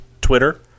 Twitter